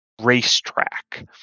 racetrack